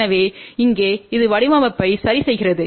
எனவே இங்கே இது வடிவமைப்பை சரி செய்கிறது